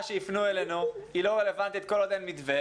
"שיפנו אלינו" היא לא רלוונטית כל עוד אין מתווה.